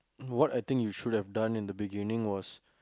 what I think you should have done in the beginning was